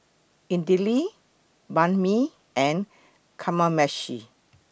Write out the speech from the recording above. Idili Banh MI and Kamameshi